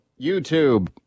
YouTube